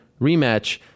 rematch